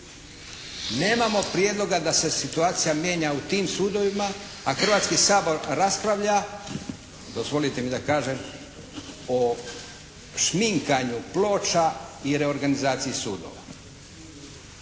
Nemamo prijedloga da se situacija mijenja u tim sudovima, a Hrvatski sabor raspravlja dozvolite mi da kažem, o šminkanju ploča i reorganizaciji sudova.